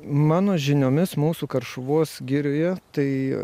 mano žiniomis mūsų karšuvos girioje tai